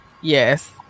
Yes